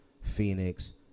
Phoenix